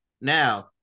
Now